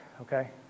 okay